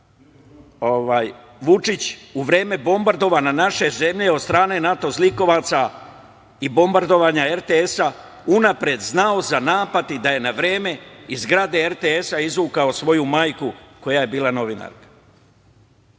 Vučić, u vreme bombardovanja naše zemlje od strane NATO zlikovaca i bombardovanja RTS unapred znao za napad i da je na vreme iz zgrade RTS izvukao svoju majku koja je bila novinarka. Istina